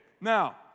now